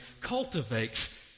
cultivates